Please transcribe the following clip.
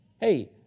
Hey